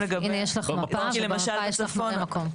הנה, יש לך מפה ובמפה יש לך מראה מקום.